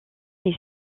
est